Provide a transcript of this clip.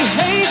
hey